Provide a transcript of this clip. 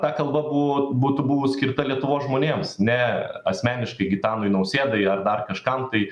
ta kalba bu būtų buvus skirta lietuvos žmonėms ne asmeniškai gitanui nausėdai ar dar kažkam tai